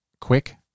quick